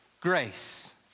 grace